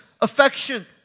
affection